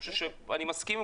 אני מסכים,